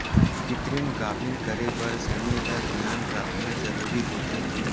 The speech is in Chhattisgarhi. कृतिम गाभिन करे बर समे ल धियान राखना जरूरी होथे